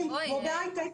כמו בהייטק,